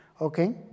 Okay